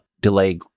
delay